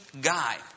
guy